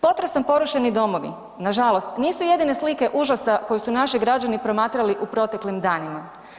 Potresom porušeni domovi nažalost nisu jedine slike užasa koji su naši građani promatrali u proteklim danima.